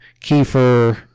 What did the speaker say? kefir